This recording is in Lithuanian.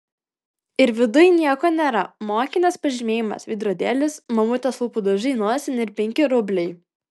ir viduj nieko nėra mokinės pažymėjimas veidrodėlis mamutės lūpų dažai nosinė ir penki rubliai